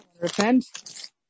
Repent